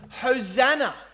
Hosanna